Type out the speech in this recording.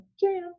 jam